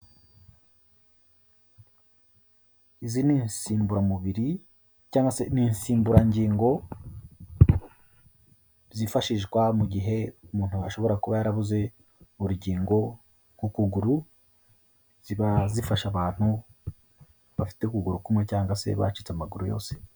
Izi ni insimburamubiri cyangwa se ni insimburangingo zifashishwa mu gihe umuntu ashobora kuba yarabuze urugingo rw'ukuguru, ziba zifasha abantu bafite ukuguru kumwe cyangwa se bacitse amaguru yose.